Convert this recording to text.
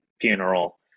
funeral